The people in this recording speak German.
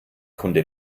kunde